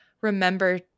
remember –